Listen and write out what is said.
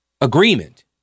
agreement